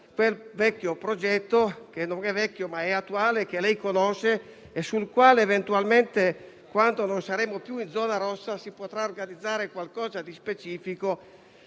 un vecchio progetto (che non è vecchio, ma attuale), che lei conosce e sul quale eventualmente, quando non saremo più in zona rossa, si potrà organizzare qualcosa di specifico.